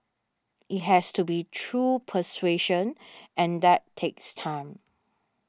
it has to be through persuasion and that takes time